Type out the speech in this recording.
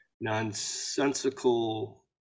nonsensical